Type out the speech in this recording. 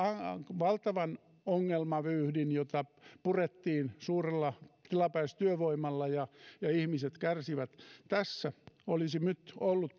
valtavan ongelmavyyhdin jota purettiin suurella tilapäistyövoimalla ja ja ihmiset kärsivät tässä olisi nyt ollut